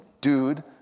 dude